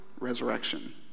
resurrection